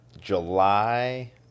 July